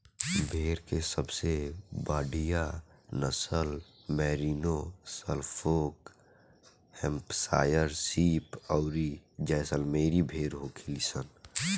भेड़ के सबसे बढ़ियां नसल मैरिनो, सफोल्क, हैम्पशायर शीप अउरी जैसलमेरी भेड़ होखेली सन